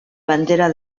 bandera